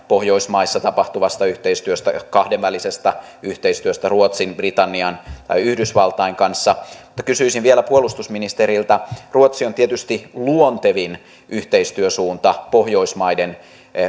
pohjoismaissa tapahtuvasta yhteistyöstä kahdenvälisestä yhteistyöstä ruotsin britannian tai yhdysvaltain kanssa mutta kysyisin vielä puolustusministeriltä ruotsi on tietysti luontevin yhteistyösuunta pohjoismaiden